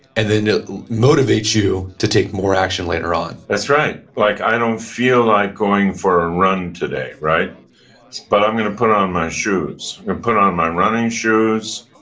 and then it motivates you to take more action later on that's right, like i don't feel like going for a run today, but i'm going to put on my shoes and put on my running shoes.